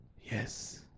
Yes